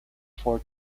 four